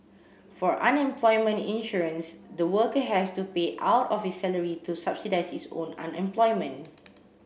for unemployment insurance the worker has to pay out of his salary to subsidise his own unemployment